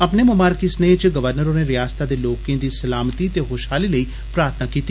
अपने ममारखी स्नेह च गवर्नर होरे रयासतै दे लोके दी सलामती ते खुशहाली लेई प्रार्थना कीती